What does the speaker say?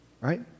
right